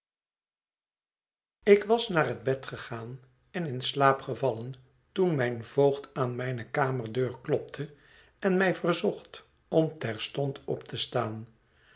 ik was naar bed gegaan en in slaap gevallen toen mijn voogd aan mijne kamerdeur klopte en mij verzocht om terstond op te staan